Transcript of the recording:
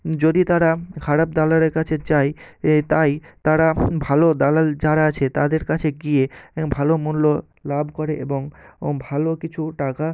যদি তারা খারাপ দালালের কাছে যায় এ তাই তারা ভালো দালাল যারা আছে তাদের কাছে গিয়ে ভালো মূল্য লাভ করে এবং ভালো কিছু টাকা